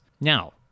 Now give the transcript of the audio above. Now